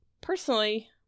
personally